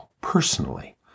personally